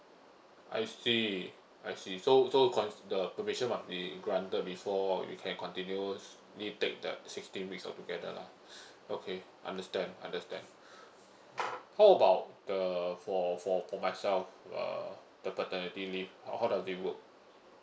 I see I see so so cons the permission must be granted before you can continuously take that sixteen weeks altogether lah okay understand understand how about the for for for myself uh the paternity leave how does it work